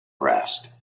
breast